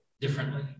differently